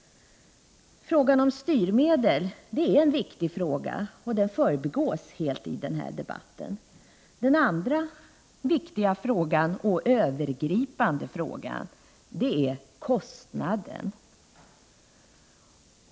Frågan om styrmedel är en viktig fråga, och den förbigås helt i den här debatten. Den andra viktiga och övergripande frågan gäller kostnaden.